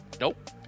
Nope